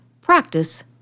practice